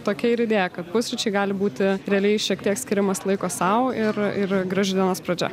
tokia ir idėja kad pusryčiai gali būti realiai šiek tiek skiriamas laiko sau ir ir grąžinamas pradžioje